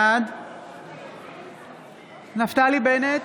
בעד נפתלי בנט,